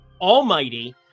Almighty